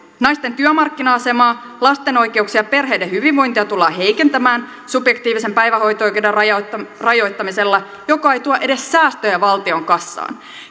naisten työmarkkina asemaa lasten oikeuksia ja perheiden hyvinvointia tullaan heikentämään subjektiivisen päivähoito oikeuden rajoittamisella joka ei tuo edes säästöjä valtion kassaan